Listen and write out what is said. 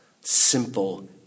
simple